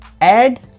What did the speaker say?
add